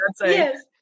yes